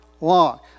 long